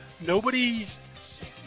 nobody's